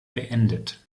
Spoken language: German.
beendet